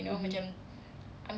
mmhmm